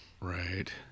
Right